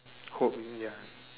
oh ya